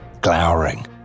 glowering